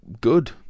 Good